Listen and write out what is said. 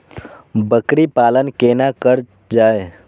बकरी पालन केना कर जाय?